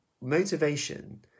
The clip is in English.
motivation